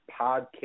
podcast